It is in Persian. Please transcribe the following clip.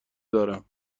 دارم